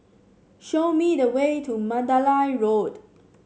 show me the way to Mandalay Road